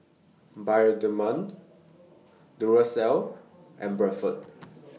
Bioderma Duracell and Bradford